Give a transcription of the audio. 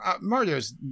Mario's